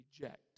reject